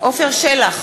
עפר שלח,